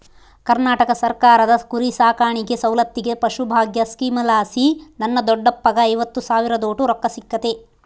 ಕರ್ನಾಟಕ ಸರ್ಕಾರದ ಕುರಿಸಾಕಾಣಿಕೆ ಸೌಲತ್ತಿಗೆ ಪಶುಭಾಗ್ಯ ಸ್ಕೀಮಲಾಸಿ ನನ್ನ ದೊಡ್ಡಪ್ಪಗ್ಗ ಐವತ್ತು ಸಾವಿರದೋಟು ರೊಕ್ಕ ಸಿಕ್ಕತೆ